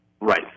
Right